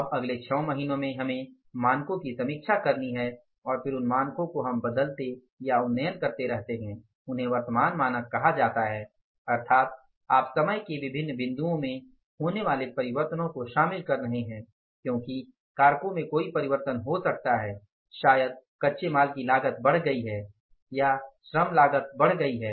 अब अगले 6 महीनों में हमें मानकों की समीक्षा करनी है और फिर उन मानकों को हम बदलते या उन्नयन करते रहते हैं उन्हें वर्तमान मानक कहा जाता है अर्थात आप समय के विभिन्न बिंदुओं में होने वाले परिवर्तनों को शामिल कर रहे हैं क्योकि कारकों में कोई परिवर्तन हो सकता है शायद कच्चे माल की लागत बढ़ गई है या श्रम लागत बढ़ गई है